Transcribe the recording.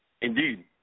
Indeed